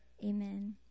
Amen